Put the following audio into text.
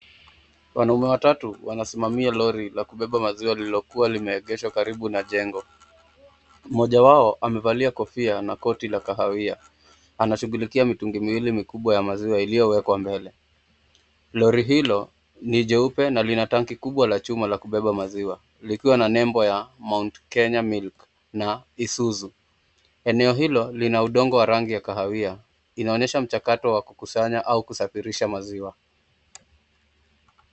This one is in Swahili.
Wanaume watatu wanasimamia lori la kubeba maziwa lililokuwa limeegeshwa karibu na jengo. Mmoja wao amevalia kofia na koti la kahawia. Anashughulikia mitungi miwili mikubwa ya maziwa iliyowekwa mbele. Lori hilo ni jeupe na lina tanki kubwa la chuma la kubeba maziwa likiwa na nembo ya Mount Kenya milk na Isuzu. Eneo hilo lina udongo wa rangi ya kahawia. Inaonyesha mchakato wa kukusanya au kusafirisha maziwa.